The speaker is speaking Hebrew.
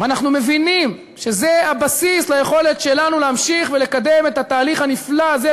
ואנחנו מבינים שזה הבסיס ליכולת שלנו להמשיך ולקדם את התהליך הנפלא הזה,